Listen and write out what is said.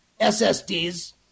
SSDs